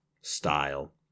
style